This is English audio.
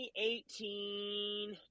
2018